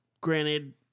granted